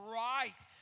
right